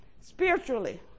spiritually